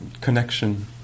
connection